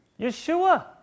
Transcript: Yeshua